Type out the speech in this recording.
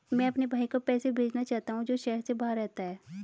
मैं अपने भाई को पैसे भेजना चाहता हूँ जो शहर से बाहर रहता है